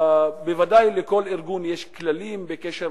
ובוודאי לכל ארגון יש כללים בקשר